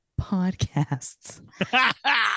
podcasts